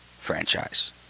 Franchise